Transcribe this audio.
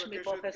פרופ'